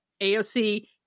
AOC